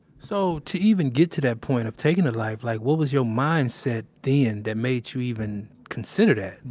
so, to even get to that point of taking a life, like what was your mindset then that made you even consider